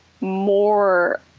more